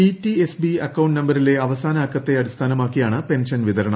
PTSB account നമ്പരിലെ അവസാന അക്കത്തെ അടിസ്ഥാനമാക്കിയാണ് പെൻഷൻ വിതരണം